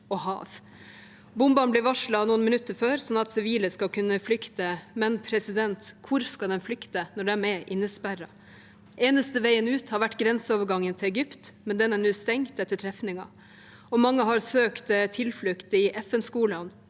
og hav. Bombene blir varslet noen minutter før, sånn at sivile skal kunne flykte, men hvor skal de flykte når de er innesperret? Den eneste veien ut har vært grenseovergangen til Egypt, men den er nå stengt etter trefninger. Mange har søkt tilflukt i FN-skolene,